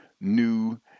new